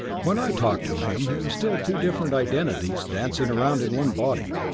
when i talked to him he was still two different identities dancing around in one body.